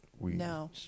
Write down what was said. No